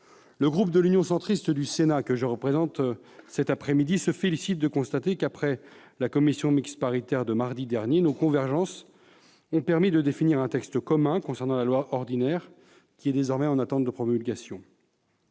Le groupe Union Centriste du Sénat, que je représente aujourd'hui, se félicite de constater que, après la commission mixte paritaire de mardi dernier, nos convergences ont permis de définir un texte commun concernant la loi ordinaire, désormais en attente de promulgation.